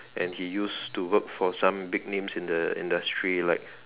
and he used to work for some big names in the industry like